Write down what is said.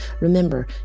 Remember